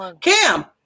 Cam